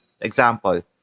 example